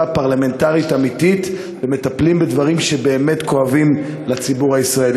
פרלמנטרית אמיתית ומטפלים בדברים שבאמת כואבים לציבור הישראלי.